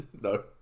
no